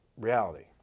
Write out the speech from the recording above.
reality